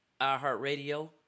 iHeartRadio